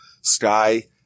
sky